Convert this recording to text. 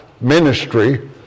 ministry